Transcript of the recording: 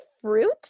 fruit